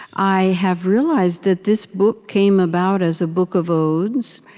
i have realized that this book came about as a book of odes.